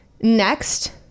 next